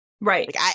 Right